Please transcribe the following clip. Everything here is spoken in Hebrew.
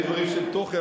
יש דברים של תוכן,